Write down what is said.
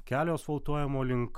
kelio asfaltuojamo link